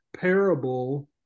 parable